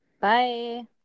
Bye